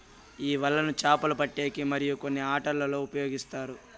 ఈ వలలను చాపలు పట్టేకి మరియు కొన్ని ఆటలల్లో ఉపయోగిస్తారు